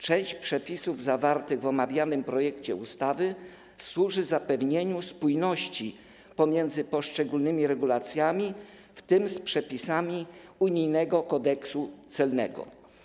Część przepisów zawartych w omawianym projekcie ustawy służy zapewnieniu spójności pomiędzy poszczególnymi regulacjami, w tym z przepisami unijnego kodeksu celnego.